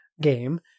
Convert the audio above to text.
game